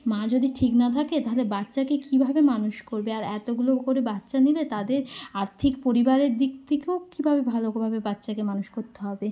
মা যদি ঠিক না থাকে তাহলে বাচ্চাকে কীভাবে মানুষ করবে আর এতগুলো করে বাচ্চা নিলে তাদের আর্থিক পরিবারের দিক থেকেও কীভাবে ভালোভাবে বাচ্চাকে মানুষ করতে হবে